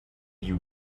you